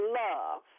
love